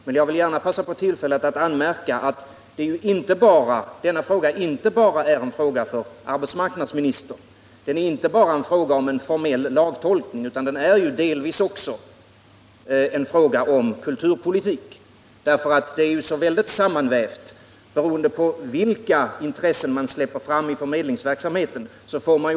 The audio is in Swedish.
Men jag vill gärna passa på tillfället att anmärka att detta ju inte bara är en fråga för arbetsmarknadsministern och att det inte heller bara är en fråga om en formell lagtolkning, utan att det delvis också är en fråga om kulturpolitik; man får synnerligen olika utslag beroende på vilka intressen man släpper fram i verksamheten.